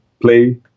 play